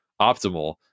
optimal